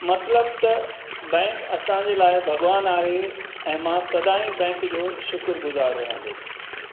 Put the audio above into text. मतिलबु त बैंक असांजे लाइ भॻिवानु आहे ऐं मां सदाईं बैंक जो शुकुर गुज़ार रहंदुसि